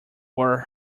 were